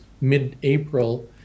mid-April